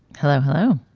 hello. hello.